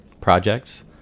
projects